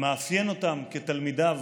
המאפיין אותם כתלמידיו: